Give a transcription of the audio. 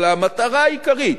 אבל המטרה העיקרית